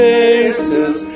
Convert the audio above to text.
faces